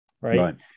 Right